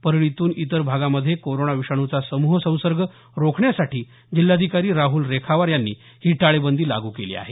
परळीतून इतर भागामध्ये कोरोना विषाणूचा समूह संसर्ग रोखण्यासाठी जिल्हाधिकारी राहुल रेखावार यांनी ही टाळेबंदी लागू केली आहे